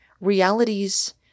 realities